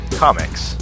Comics